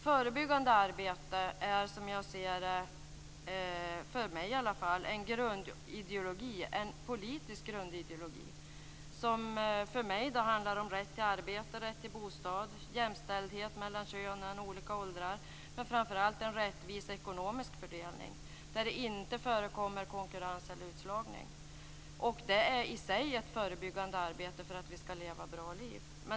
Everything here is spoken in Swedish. Förebyggande arbete är för mig en politisk grundideologi. För mig handlar det om rätt till arbete, rätt till bostad, jämställdhet mellan könen och olika åldrar, men framför allt en rättvis ekonomisk fördelning där det inte förekommer konkurrens eller utslagning. Detta är i sig förebyggande arbete för att vi skall få leva bra liv.